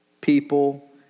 people